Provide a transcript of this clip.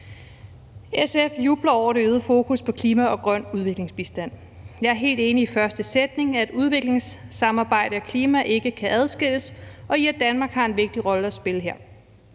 SF jubler over det øgede fokus på klima og grøn udviklingsbistand. Jeg er helt enig i den første sætning om, at udviklingssamarbejde og klima ikke kan adskilles, og i, at Danmark har en vigtig rolle at spille her.